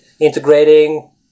Integrating